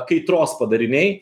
kaitros padariniai